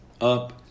up